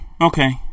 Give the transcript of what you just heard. Okay